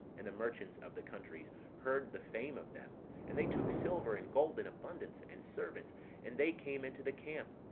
and the merchants of the countries heard the fame of them and they took silver and gold in abundance, and servants and they came into the camp,